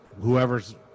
Whoever's